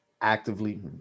actively